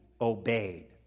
obeyed